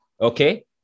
okay